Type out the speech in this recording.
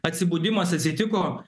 atsibudimas atsitiko